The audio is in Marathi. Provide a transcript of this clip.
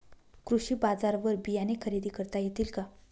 कृषी बाजारवर बियाणे खरेदी करता येतील का?